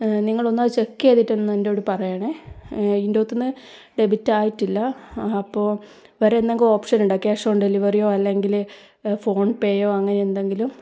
നിങ്ങളൊന്ന് ചെക്ക് ചെയ്തിട്ട് ഒന്ന് എന്നോട് പറയണേ ഇതിൻ്റ അകത്തുനിന്ന് ഡെബിറ്റ് ആയിട്ടില്ല അപ്പോൾ വേറെ എന്തെങ്കിലും ഓപ്ഷനുണ്ടോ ക്യാഷ് ഓൺ ഡെലിവറിയോ അല്ലെങ്കില് ഫോൺ പേ യോ അങ്ങനെ എന്തെങ്കിലും